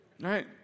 right